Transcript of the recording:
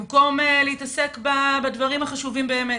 במקום להתעסק בדברים החשובים באמת.